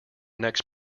next